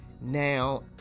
now